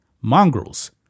mongrels